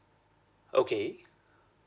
okay